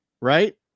Right